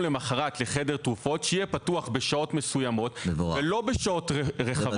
למחרת לחדר תרופות שיהיה פתוח בשעות מסוימות ולא בשעות רחבות,